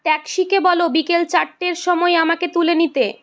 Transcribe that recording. taxi কে বলো বিকেল চারটের সময় আমায় তুলে নিতে